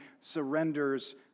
surrenders